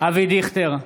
אבי דיכטר,